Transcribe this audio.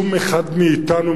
אף אחד מאתנו,